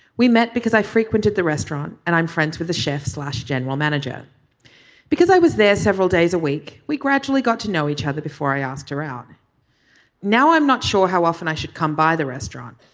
we met because i frequent at the restaurant and i'm friends with the chef slash general manager because i was there several days a week. we gradually got to know each other before i asked her now i'm not sure how often i should come by the restaurant.